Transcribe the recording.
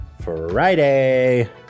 Friday